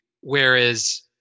Whereas